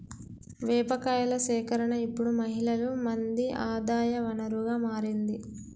వేప కాయల సేకరణ ఇప్పుడు మహిళలు మంది ఆదాయ వనరుగా మారింది